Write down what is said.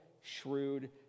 shrewd